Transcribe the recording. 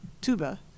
tuba